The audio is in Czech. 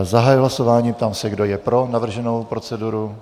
Zahajuji hlasování a ptám se, kdo je pro navrženou proceduru.